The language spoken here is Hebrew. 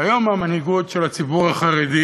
שהיום המנהיגות של הציבור החרדי